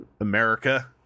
America